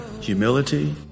humility